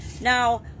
now